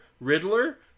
Riddler